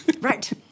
Right